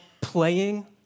playing